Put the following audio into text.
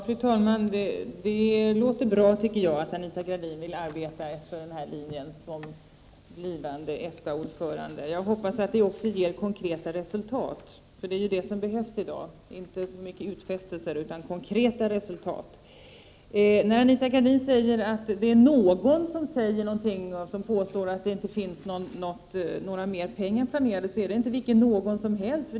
Fru talman! Det låter bra, tycker jag, att Anita Gradin vill arbeta efter den här linjen som blivande EFTA-ordförande. Jag hoppas att det också ger konkreta resultat, för vad som behövs i dag är inte så mycket utfästelser utan just konkreta resultat. När Anita Gradin säger att det är ”någon” som påstår att det inte finns mera pengar planerade, så är det inte vilken någon som helst.